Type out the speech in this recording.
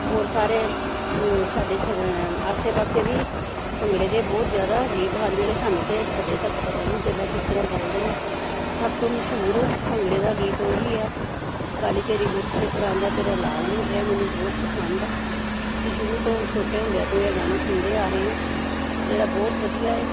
ਹੋਰ ਸਾਰੇ ਸਾਡੇ ਸ ਆਸੇ ਪਾਸੇ ਵੀ ਭੰਗੜੇ ਦੇ ਬਹੁਤ ਜ਼ਿਆਦਾ ਗੀਤ ਹਨ ਜਿਹੜੇ ਸਾਨੂੰ ਤਾਂ ਅਜੇ ਤੱਕ ਪਤਾ ਵੀ ਨਹੀਂ ਚੱਲਾ ਕਿ ਕਿਸ ਤਰ੍ਹਾਂ ਬੋਲਦੇ ਨੇ ਸਭ ਤੋਂ ਮਸ਼ਹੂਰ ਭੰਗੜੇ ਦਾ ਗੀਤ ਓਹੀ ਹੈ ਕਾਲੀ ਤੇਰੀ ਗੁੱਤ ਤੇ ਪਰਾਂਦਾ ਤੇਰਾ ਲਾਲ਼ ਨੀ ਇਹ ਮੈਨੂੰ ਬਹੁਤ ਪਸੰਦ ਹੈ ਅਸੀਂ ਸ਼ੁਰੂ ਤੋਂ ਛੋਟੇ ਹੁੰਦਿਆਂ ਤੋਂ ਇਹ ਗਾਣਾ ਸੁਣਦੇ ਆ ਰਹੇ ਹਾਂ ਜਿਹੜਾ ਬਹੁਤ ਵਧੀਆ ਹੈ